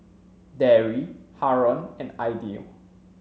Dewi Haron and Aidil